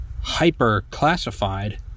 hyper-classified